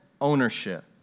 ownership